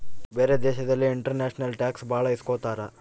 ಬೇರೆ ದೇಶದಲ್ಲಿ international tax ಭಾಳ ಇಸ್ಕೊತಾರ